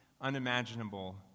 unimaginable